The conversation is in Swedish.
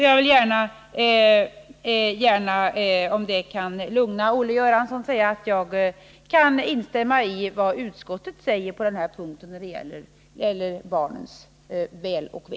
Jag vill gärna, om det kan lugna Olle Göransson, säga att jag kan instämma i vad utskottet säger på den här punkten när det gäller barnens väl och ve.